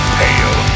pale